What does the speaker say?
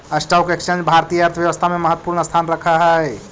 stock exchange भारतीय अर्थव्यवस्था में महत्वपूर्ण स्थान रखऽ हई